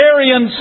Aryan